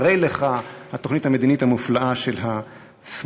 הרי לך התוכנית המדינית המופלאה של השמאל,